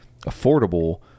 affordable